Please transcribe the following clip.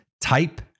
type